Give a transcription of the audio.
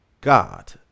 God